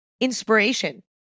inspiration